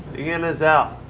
ian is out.